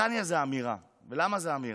נתניה זו אמירה, ולמה זו אמירה?